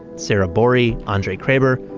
sarah borree, andre krebber,